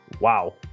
wow